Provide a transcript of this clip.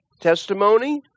testimony